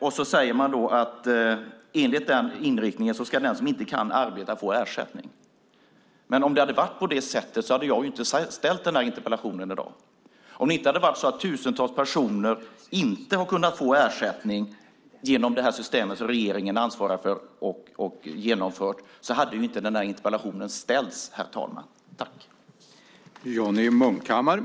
Och så säger man att enligt den inriktningen ska den som inte kan arbeta få ersättning. Men om det hade varit på det sättet hade jag inte ställt den här interpellationen. Om det inte hade varit så att tusentals personer inte har kunnat få ersättning genom det här systemet, som regeringen ansvarar för och har genomfört, hade inte den här interpellationen ställts, herr talman.